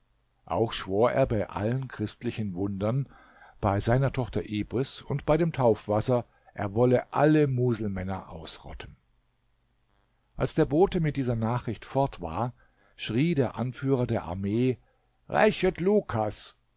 auch schwor er bei allen christlichen wundern bei seiner tochter ibris und bei dem taufwasser er wolle alle muselmänner ausrotten als der bote mit dieser nachricht fort war schrie der anführer der armee rächet lukas